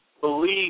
believe